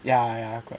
ya ya correct